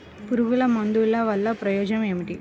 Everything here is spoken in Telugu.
పురుగుల మందుల వల్ల ప్రయోజనం ఏమిటీ?